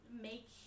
make